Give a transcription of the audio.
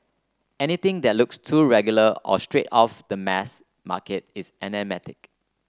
anything that looks too regular or straight off the mass market is anathematic